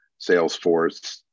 Salesforce